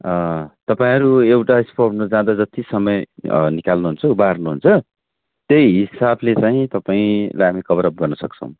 तपाईँहरू एउटा स्पटमा जाँदा जति समय निकाल्नु हुन्छ उबार्नु हुन्छ त्यही हिसाबले चाहिँ तपाईँलाई हामी कभर अप गर्न सक्छौँ